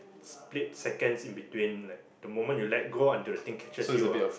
split second in between like the moment you let go until the thing catches you ah